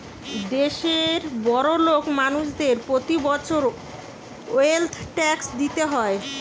দেশের বড়োলোক মানুষদের প্রতি বছর ওয়েলথ ট্যাক্স দিতে হয়